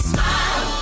Smile